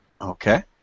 okay